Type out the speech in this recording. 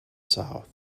south